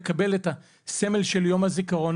לקבל את הסמל של יום הזיכרון,